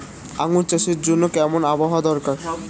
আঙ্গুর চাষের জন্য কেমন আবহাওয়া দরকার?